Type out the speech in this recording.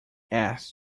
asked